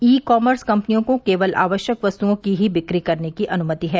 ई commerce कंपनियों को केवल आवश्यक वस्तुओं की ही बिक्री करने की अनुमति है